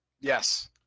yes